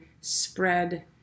spread